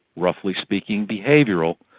roughly speaking, behavioural,